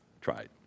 tried